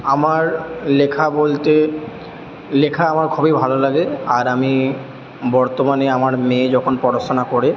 আমার লেখা বলতে লেখা আমার খুবই ভালো লাগে আর আমি বর্তমানে আমার মেয়ে যখন পড়াশোনা করে